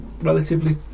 relatively